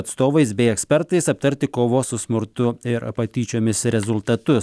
atstovais bei ekspertais aptarti kovos su smurtu ir patyčiomis rezultatus